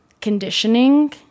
conditioning